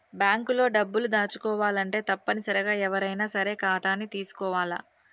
bank లో డబ్బులు దాచుకోవాలంటే తప్పనిసరిగా ఎవ్వరైనా సరే ఖాతాని తీసుకోవాల్ల